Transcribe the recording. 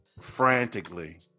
frantically